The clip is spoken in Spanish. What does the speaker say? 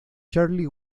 charlie